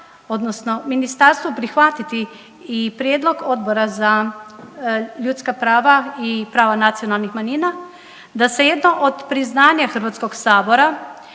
odnosno ministarstvo prihvatiti i prijedlog Odbora za ljudska prava i prava nacionalnih manjina, da se jedno od priznanja Hrvatskog sabora